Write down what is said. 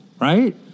right